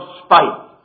spite